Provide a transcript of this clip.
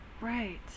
right